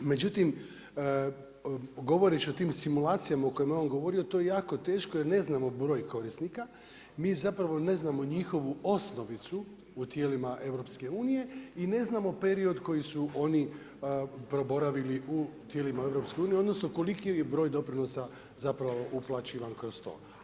Međutim govoreći o tim simulacijama o kojima je on govorio to je jako teško jer ne znamo broj korisnika, mi zapravo ne znamo njihovu osnovicu u tijelima EU i ne znamo period proboravili u tijelima EU odnosno koliki je broj doprinosa uplaćivan kroz to.